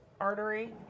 Artery